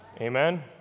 Amen